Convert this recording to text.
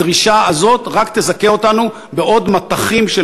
הדרישה הזאת רק תזכה אותנו בעוד מטחים של